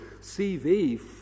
CV